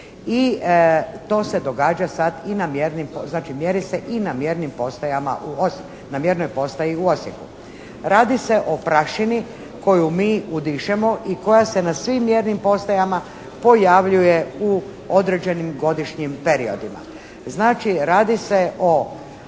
znači mjeri se i na mjernoj postaji u Osijeku. Radi se o prašini koju mi udišemo i koja se na svim mjernim postajama pojavljuje u određenim godišnjim periodima. Znači, radi se o